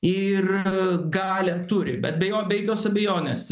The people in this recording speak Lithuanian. ir galią turi bet be jo be jokios abejonės